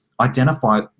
identify